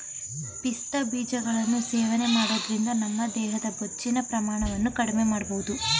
ಪಿಸ್ತಾ ಬೀಜಗಳನ್ನು ಸೇವನೆ ಮಾಡೋದ್ರಿಂದ ನಮ್ಮ ದೇಹದ ಬೊಜ್ಜಿನ ಪ್ರಮಾಣವನ್ನು ಕಡ್ಮೆಮಾಡ್ಬೋದು